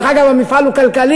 דרך אגב, המפעל הוא כלכלי,